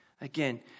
Again